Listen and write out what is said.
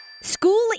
School